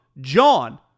JOHN